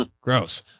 Gross